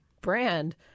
brand